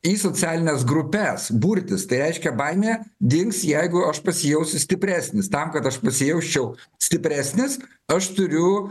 į socialines grupes burtis tai reiškia baimė dings jeigu aš pasijausiu stipresnis tam kad aš pasijausčiau stipresnis aš turiu